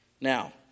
Now